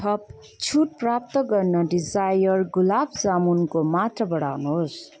थप छुट प्राप्त गर्न डिजायर गुलाब जामुनको मात्रा बढाउनुहोस्